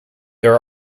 there